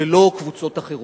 ולא קבוצות אחרות?